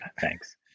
Thanks